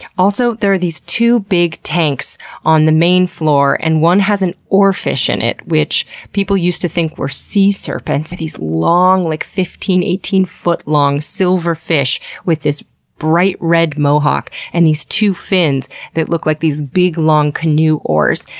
also there are these two big tanks on the main floor and one has an oarfish in it, which people used to think were sea serpents. they're these long, like, fifteen to eighteen foot long silver fish with this bright red mohawk and these two fins that look like these big long canoe oars.